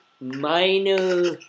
minor